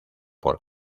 por